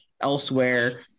elsewhere